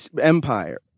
empire